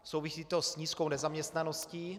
Souvisí to s nízkou nezaměstnaností.